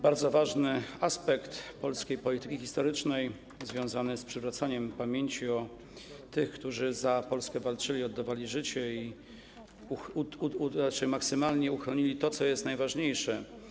Bardzo ważny aspekt polskiej polityki historycznej związany jest z przywracaniem pamięci o tych, którzy za Polskę walczyli, oddawali życie i maksymalnie uchronili to, co jest najważniejsze.